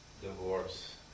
divorce